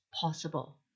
possible